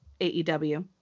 AEW